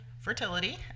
fertility